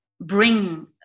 bring